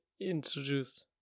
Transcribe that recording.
introduced